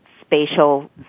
spatial